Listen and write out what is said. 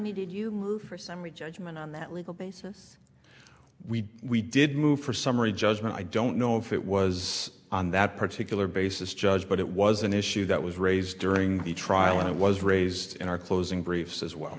me did you for summary judgment on that legal basis we we did move for summary judgment i don't know if it was on that particular basis judge but it was an issue that was raised during the trial and it was raised in our closing briefs as well